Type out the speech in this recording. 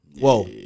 Whoa